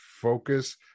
focus